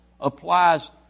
applies